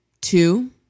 Two